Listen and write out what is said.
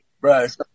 Right